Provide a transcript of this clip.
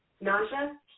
Nausea